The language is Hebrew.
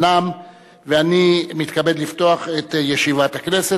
את ישיבת הכנסת.